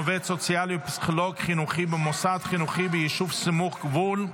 עובד סוציאלי או פסיכולוג חינוכי במוסד חינוכי בישוב סמוך גבול),